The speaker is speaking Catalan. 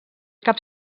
cap